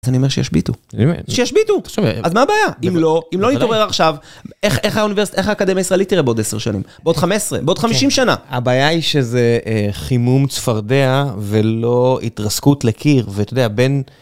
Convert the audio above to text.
אני אומר שישביתו, שישביתו, אז מה הבעיה, אם לא נתעורר עכשיו איך האקדמיה הישראלית תראה בעוד 10 שנים, בעוד 15, בעוד 50 שנה. הבעיה היא שזה חימום צפרדע ולא התרסקות לקיר ואתה יודע בין.